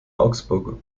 augsburger